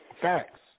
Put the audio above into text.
Facts